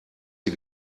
sie